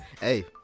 Hey